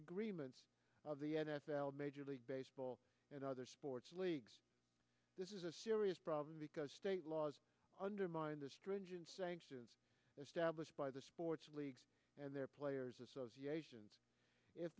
agreement of the n f l major league baseball and other sports leagues this is a serious problem because state laws undermine the stringent established by the sports leagues and their players association if